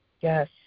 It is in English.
Yes